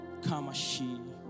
Kamashi